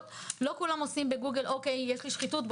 לא כולם בודקים בגוגל: יש לי שחיתות,